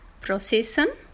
procession